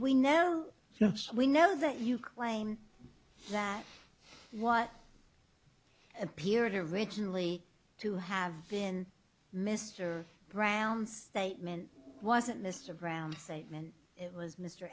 we know yes we know that you claim that what appeared originally to have been mr brown's statement wasn't mr brown the statement it was mr